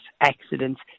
accidents